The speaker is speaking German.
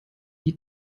die